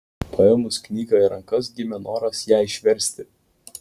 paėmus knygą į rankas gimė noras ją išversti